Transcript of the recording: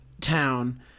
town